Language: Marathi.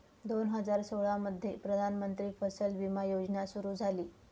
दोन हजार सोळामध्ये प्रधानमंत्री फसल विमा योजना सुरू झाली